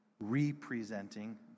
representing